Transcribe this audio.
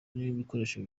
n’ibikoresho